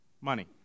money